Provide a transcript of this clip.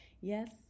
Yes